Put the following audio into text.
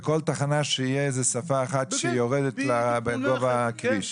שבכל תחנה תהיה שפה אחת שיורדת לגובה הכביש.